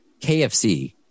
KFC